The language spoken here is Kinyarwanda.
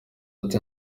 ati